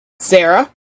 Sarah